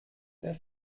der